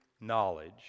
knowledge